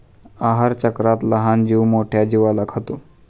आहारचक्रात लहान जीव मोठ्या जीवाला खातो